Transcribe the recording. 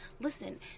Listen